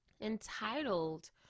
entitled